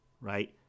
right